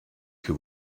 que